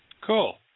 cool